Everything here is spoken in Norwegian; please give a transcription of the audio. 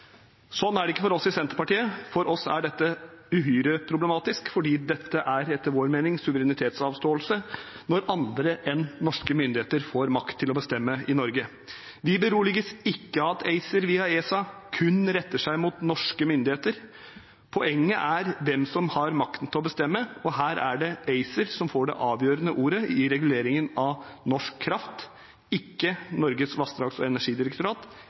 Sånn er det ikke for oss i Senterpartiet. For oss er dette uhyre problematisk, for det er etter vår mening suverenitetsavståelse når andre enn norske myndigheter får makt til å bestemme i Norge. Vi beroliges ikke av at ACER via ESA kun retter seg mot norske myndigheter. Poenget er hvem som har makten til å bestemme, og her er det ACER som får det avgjørende ordet i reguleringen av norsk kraft – ikke Norges vassdrags- og energidirektorat,